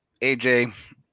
AJ